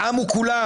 העם הוא כןלם.